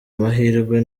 mahirwe